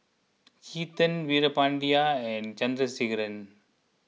Chetan Veerapandiya and Chandrasekaran